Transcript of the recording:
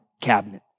cabinet